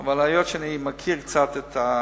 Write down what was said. אבל היות שאני מכיר קצת את,